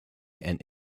and